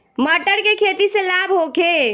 मटर के खेती से लाभ होखे?